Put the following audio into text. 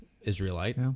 Israelite